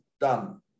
done